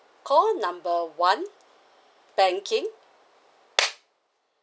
call number one banking